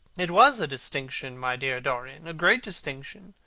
it was a distinction, my dear dorian a great distinction.